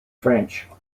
french